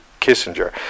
Kissinger